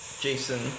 Jason